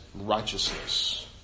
righteousness